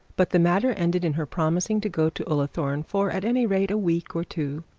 but the matter ended in her promising to go to ullathorne, for at any rate a week or two